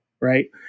right